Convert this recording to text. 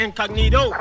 Incognito